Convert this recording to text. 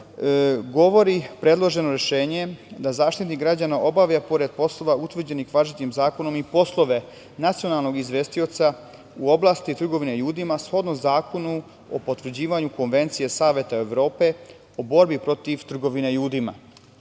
govori predloženo rešenje da Zaštitnik građana obavlja, pored poslova utvrđenih važećim zakonom, i poslove nacionalnog izvestioca u oblasti trgovine ljudima, shodno Zakonu o potvrđivanju Konvencije Saveta Evrope o borbi protiv trgovine ljudima.Za